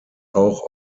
auch